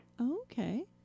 okay